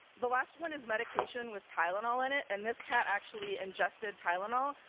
the last one is medication with tylenol in it and this cat actually ingested tylenol.